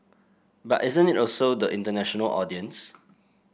but isn't it also the international audience